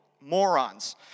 Morons